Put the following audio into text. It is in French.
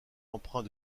empreint